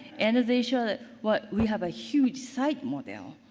and they show that what, we have a huge site model.